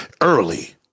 Early